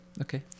Okay